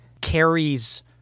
carries